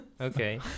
Okay